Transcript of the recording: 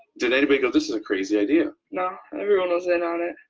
did anybody go, this is a crazy idea no, everyone was in on it.